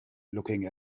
looking